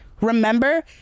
remember